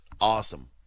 awesome